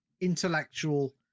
intellectual